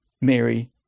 Mary